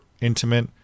intimate